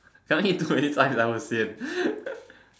cannot eat too many times lah will sian